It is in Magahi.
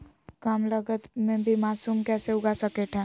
कम लगत मे भी मासूम कैसे उगा स्केट है?